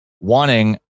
wanting